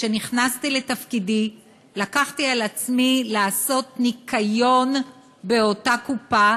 כשנכנסתי לתפקידי לקחתי על עצמי לעשות ניקיון באותה קופה